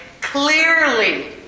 clearly